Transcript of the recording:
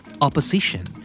opposition